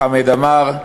חמד עמאר,